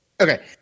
okay